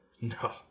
No